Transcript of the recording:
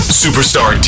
superstar